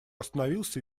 остановился